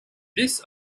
this